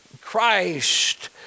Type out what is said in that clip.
Christ